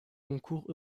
concours